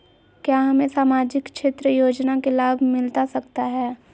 क्या हमें सामाजिक क्षेत्र योजना के लाभ मिलता सकता है?